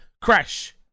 crash